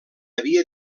havia